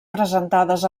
presentades